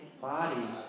body